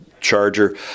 charger